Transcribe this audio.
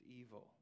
evil